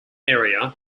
area